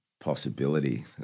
possibility